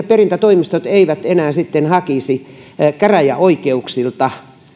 perintätoimistot eivät sitten enää hakisi käräjäoikeuksilta